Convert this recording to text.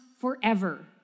forever